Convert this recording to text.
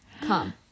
come